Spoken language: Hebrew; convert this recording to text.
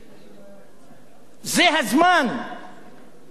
זה הזמן לומר שאפשר להפנות